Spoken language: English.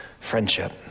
friendship